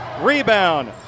rebound